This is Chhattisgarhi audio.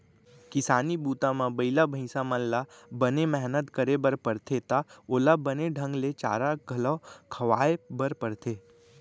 किसानी बूता म बइला भईंसा मन ल बने मेहनत करे बर परथे त ओला बने ढंग ले चारा घलौ खवाए बर परथे